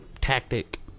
tactic